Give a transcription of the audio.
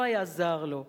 לא היה זר לו,